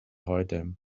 heute